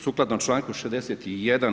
Sukladno čl. 61.